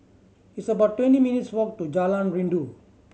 it's about twenty minutes' walk to Jalan Rindu